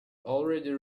already